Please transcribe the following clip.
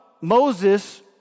Moses